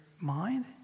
mind